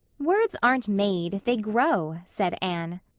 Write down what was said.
words aren't made they grow, said anne.